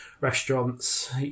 restaurants